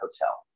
hotel